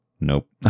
Nope